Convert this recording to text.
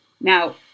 Now